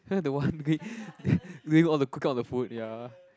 the one doing doing all the cooking of the food ya